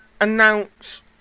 announce